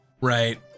Right